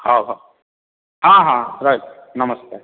ହଉ ହଉ ହଁ ହଁ ରହିଲି ନମସ୍କାର